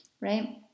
right